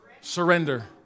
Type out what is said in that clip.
Surrender